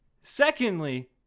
secondly